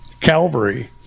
Calvary